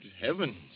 heavens